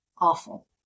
awful